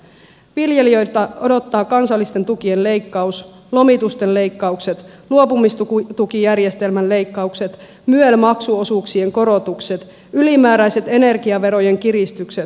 viljelijöitä odottaa kansallisten tukien leikkaus lomitusten leikkaukset luopumistukijärjestelmän leikkaukset myel maksuosuuksien korotukset ylimääräiset energiaverojen kiristykset